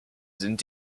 sind